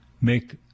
make